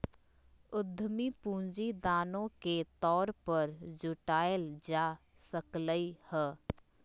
उधमी पूंजी दानो के तौर पर जुटाएल जा सकलई ह